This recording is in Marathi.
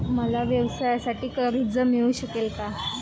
मला व्यवसायासाठी कर्ज मिळू शकेल का?